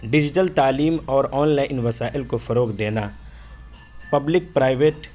digital تعلیم اور online وسائل کو فروغ دینا پبلک پرائیویٹ